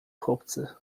chłopcy